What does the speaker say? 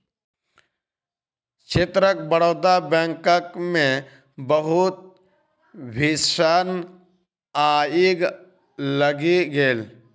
क्षेत्रक बड़ौदा बैंकक मे बहुत भीषण आइग लागि गेल